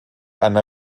eine